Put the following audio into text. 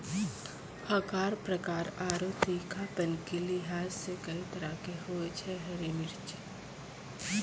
आकार, प्रकार आरो तीखापन के लिहाज सॅ कई तरह के होय छै हरी मिर्च